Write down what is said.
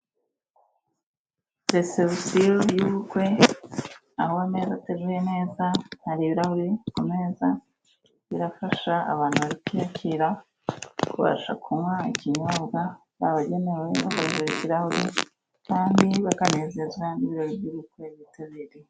Resebusiyo y'ubukwe, aho ameza ateguye neza, hari ibirahuri ku meza, birafasha abantu bari kwiyakira kubasha kunywa ikinyobwa cyabagenewe no guhindura ikirahure kandi bakanezezwa n'ibirori by'ubukwe bitabiriye.